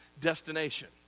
destination